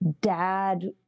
dad